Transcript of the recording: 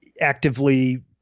actively